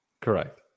Correct